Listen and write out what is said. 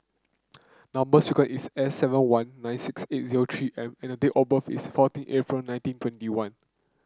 number sequence is S seven one nine six eight zero three M and date of birth is fourteen April nineteen twenty one